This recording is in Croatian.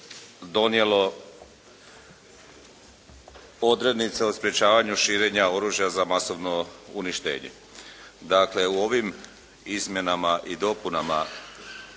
donijelo odrednice o sprečavanju širenja oružja za masovno uništenje. Dakle u ovim izmjenama i dopunama